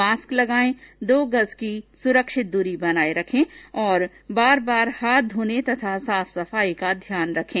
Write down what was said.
mask लगायें दो गज की सुरक्षित दुरी बनाये रखें तथा बार बार हाथ धोने और साफ सफाई का ध्यान रखें